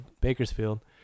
Bakersfield